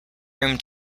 room